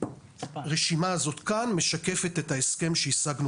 הרשימה הזאת כאן מסכמת את ההסכם שהשגנו